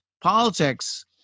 politics